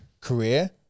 career